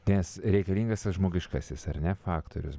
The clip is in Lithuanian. nes reikalingas tas žmogiškasis ar ne faktorius